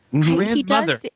Grandmother